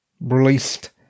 released